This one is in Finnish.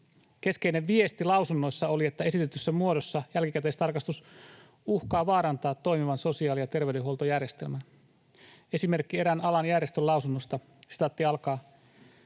Keskeinen viesti lausunnoissa oli, että esitetyssä muodossa jälkikäteistarkastus uhkaa vaarantaa toimivan sosiaali- ja terveydenhuoltojärjestelmän. Esimerkki erään alan järjestön lausunnosta: ”Sosiaali-